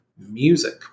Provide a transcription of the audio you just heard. music